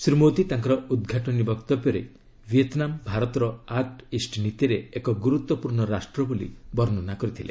ଶ୍ରୀ ମୋଦୀ ତାଙ୍କର ଉଦ୍ଘାଟନୀ ବକ୍ତବ୍ୟରେ ଭିଏତନାମ୍' ଭାରତର ଆକୁ ଇଷ୍ଟ ନୀତିରେ ଏକ ଗୁରୁତ୍ୱପୂର୍ଣ୍ଣ ରାଷ୍ଟ୍ର ବୋଲି ବର୍ଷ୍ଣନା କରିଥିଲେ